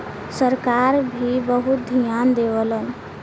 सरकार भी बहुत धियान देवलन